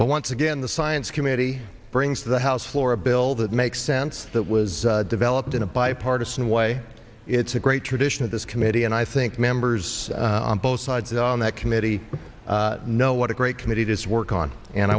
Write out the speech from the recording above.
but once again the science committee brings to the house floor a bill that makes sense that was developed in a bipartisan way it's a great tradition of this committee and i think members on both sides on that committee know what a great committee this work on and